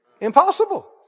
Impossible